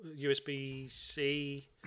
USB-C